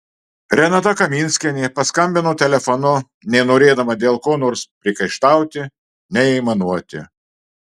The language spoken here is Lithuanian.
renata kaminskienė paskambino telefonu nei norėdama dėl ko nors priekaištauti nei aimanuoti